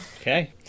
Okay